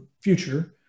future